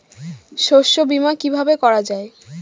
শস্য বীমা কিভাবে করা যায়?